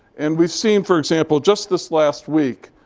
and we've seen, for example, just this last week,